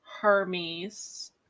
Hermes